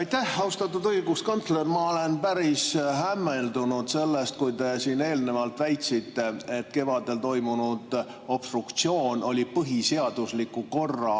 Aitäh! Austatud õiguskantsler! Ma olen päris hämmeldunud sellest, et te eelnevalt väitsite, et kevadel toimunud obstruktsioon oli põhiseadusliku korra